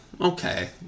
okay